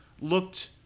looked